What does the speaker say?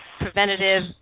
preventative